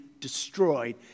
destroyed